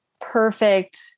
perfect